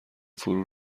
فرو